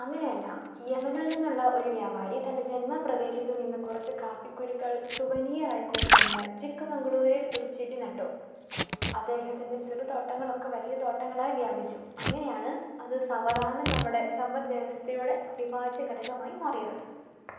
അങ്ങനെയല്ല യെമനിൽ നിന്നുള്ളൊരു വ്യാപാരി തൻ്റെ ജന്മപ്രദേശത്ത് നിന്ന് കുറച്ച് കാപ്പിക്കുരുക്കൾ സുവനിയറായി കൊണ്ടുവന്ന് ചിക്ക്മംഗ്ലൂരിൽ ഒരു ചെടി നട്ടു അദ്ദേഹത്തിൻ്റെ ചെറുതോട്ടങ്ങളൊക്കെ വലിയ തോട്ടങ്ങളായി വ്യാപിച്ചു അങ്ങനെയാണ് അത് സാവധാനം നമ്മുടെ സമ്പദ്വ്യവസ്ഥയുടെ അവിഭാജ്യഘടകമായി മാറിയത്